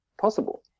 possible